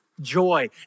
joy